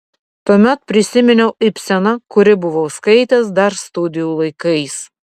tuomet prisiminiau ibseną kurį buvau skaitęs dar studijų laikais